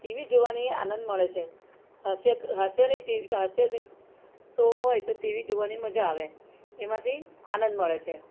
TV જોવાની આનંદ મળે છે હાસ્ય હાસ્ય શો હોય તો ટીવી જોવાની મજા આવે તેમાંથી આનંદ મળે છે